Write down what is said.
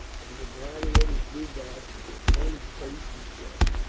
and the gladiators drew back, and the opponents faced each other.